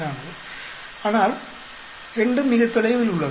44 ஆனால் 2 மிகவும் தொலைவில் உள்ளது